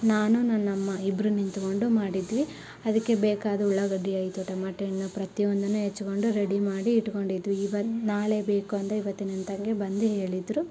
ನಾನು ನನ್ನಮ್ಮ ಇಬ್ಬರು ನಿಂತ್ಕೊಂಡು ಮಾಡಿದ್ವಿ ಅದಕ್ಕೆ ಬೇಕಾದ ಉಳ್ಳಾಗಡ್ಡಿ ಆಯಿತು ಟಮಾಟೆ ಹಣ್ಣು ಪ್ರತಿಯೊಂದನ್ನೂ ಹೆಚ್ಕೊಂಡು ರೆಡಿ ಮಾಡಿ ಇಟ್ಕೊಂಡಿದ್ವಿ ಈವನ್ ನಾಳೆ ಬೇಕು ಅಂದರೆ ಇವತ್ತಿನಂದಂಗೆ ಬಂದು ಹೇಳಿದರು